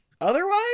otherwise